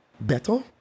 better